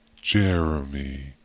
Jeremy